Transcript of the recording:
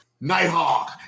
Nighthawk